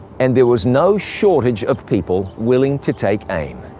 and there was no shortage of people willing to take aim.